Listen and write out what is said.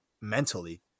mentally